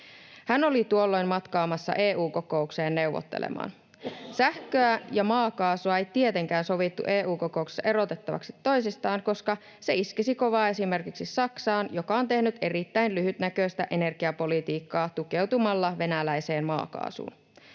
Hän oli tuolloin matkaamassa EU-kokoukseen neuvottelemaan. Sähköä ja maakaasua ei tietenkään sovittu EU-kokouksessa erotettavaksi toisistaan, koska se iskisi kovaa esimerkiksi Saksaan, joka on tehnyt erittäin lyhytnäköistä energiapolitiikkaa tukeutumalla venäläiseen maakaasuun.